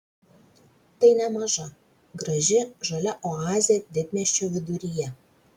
tai nemaža graži žalia oazė didmiesčio viduryje